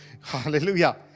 Hallelujah